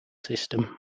system